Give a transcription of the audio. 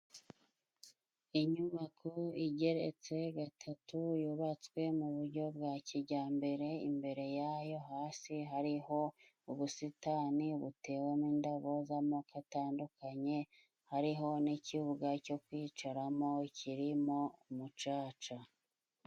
Inyubako igeretse gatatu yubatswe mu buryo bwa kijyambere, imbere yayo hasi hariho ubusitani butewemo indabo z'amoko atandukanye hariho n'ikibuga cyo kuyicaramo kirimo umucaca.